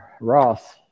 Ross